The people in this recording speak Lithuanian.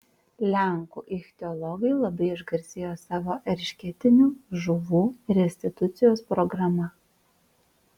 lenkų ichtiologai labai išgarsėjo savo eršketinių žuvų restitucijos programa